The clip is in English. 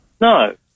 No